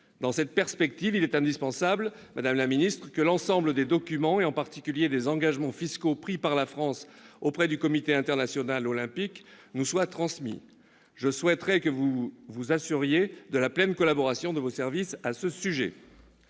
Dans cette perspective, il est indispensable, madame la ministre, que l'ensemble des documents, en particulier les engagements fiscaux pris par la France auprès du Comité international olympique, nous soit transmis. Je souhaiterais que vous nous assuriez de la pleine collaboration de vos services à ce sujet.